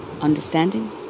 understanding